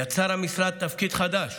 יצר המשרד תפקיד חדש